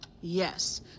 Yes